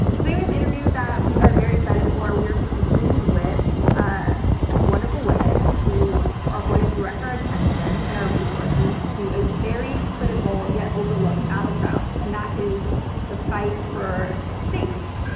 so we we have an interview that we are very excited for. we are speaking with ah some wonderful women who are going to direct our attention and our resources to a very critical yet overlooked battleground and that is a fight for states.